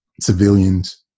civilians